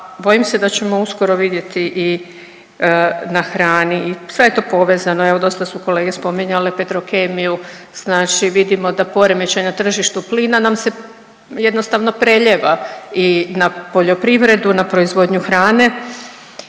bojim se da ćemo uskoro vidjeti i na hrani i sve je to povezano. Evo dosta su kolege spominjale Petrokemiju, znači vidimo da poremećaj na tržištu plina nam se jednostavno preljeva i na poljoprivredu i na proizvodnju hrane.